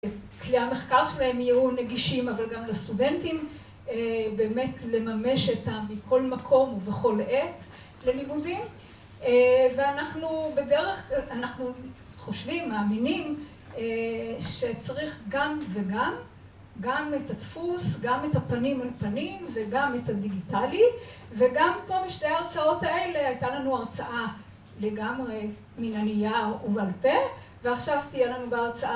כלי המחקר שלהם יהיו נגישים, אבל גם לסטודנטים, באמת לממש איתם מכל מקום ובכל עת לניגודים. ואנחנו בדרך כלל, אנחנו חושבים, מאמינים, שצריך גם וגם, גם את הדפוס, גם את הפנים על פנים וגם את הדיגיטלי. וגם פה בשתי ההרצאות האלה הייתה לנו הרצאה לגמרי מן הנייר ובעל פה ועכשיו תהיה לנו בהרצאה